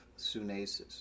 sunesis